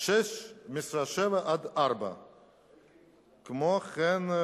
07:00 עד השעה 16:00. כמו כן,